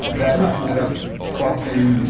ended up costing